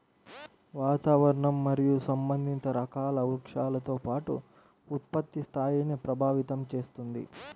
వాతావరణం మరియు సంబంధిత రకాల వృక్షాలతో పాటు ఉత్పత్తి స్థాయిని ప్రభావితం చేస్తుంది